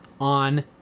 on